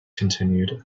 continued